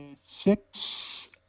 Six